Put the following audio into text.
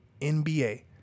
NBA